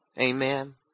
Amen